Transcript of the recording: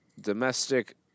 Domestic